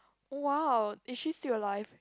!wow! is she still alive